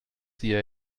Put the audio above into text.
sie